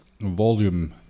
volume